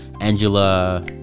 angela